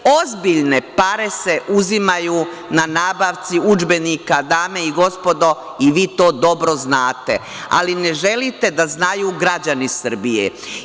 Ozbiljne pare se uzimaju na nabavci udžbenika, dame i gospodo, i vi to dobro znate, ali ne želite da znaju građani Srbije.